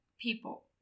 people